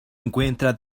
encuentra